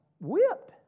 whipped